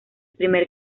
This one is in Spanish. primer